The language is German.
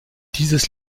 dieses